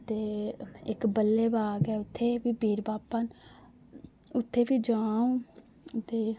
ते इक बल्लेबाग ऐ उत्थै बी पीर बाबा न उत्थै बी जाना अ'ऊं उत्थै